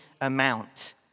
amount